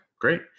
great